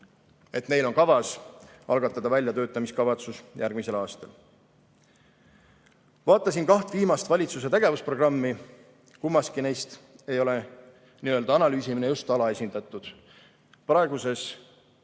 et neil on kavas algatada väljatöötamiskavatsus järgmisel aastal. Vaatasin kaht viimast valitsuse tegevusprogrammi, kummaski neist ei ole n-ö analüüsimine just alaesindatud. Praeguses